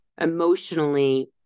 emotionally